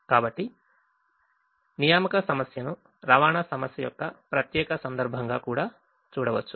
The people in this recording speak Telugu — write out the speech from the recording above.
కాబట్టి అసైన్మెంట్ సమస్యను ట్రాన్స్పోర్టేషన్ ప్రాబ్లెమ్ యొక్క ప్రత్యేక సందర్భంగా కూడా చూడవచ్చు